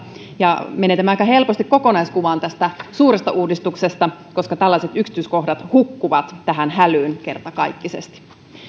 ja menee tämä aika helposti kokonaiskuvaan tästä suuresta uudistuksesta koska tällaiset yksityiskohdat hukkuvat tähän hälyyn kertakaikkisesti